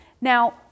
Now